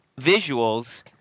visuals